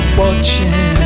watching